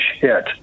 hit